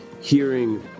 hearing